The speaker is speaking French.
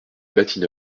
bâtie